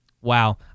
Wow